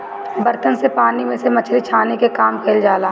बर्तन से पानी में से मछरी छाने के काम कईल जाला